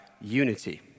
unity